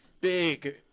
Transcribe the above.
big